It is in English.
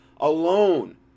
alone